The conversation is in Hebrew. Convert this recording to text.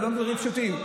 " זה לא דברים פשוטים.